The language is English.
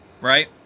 Right